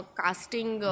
casting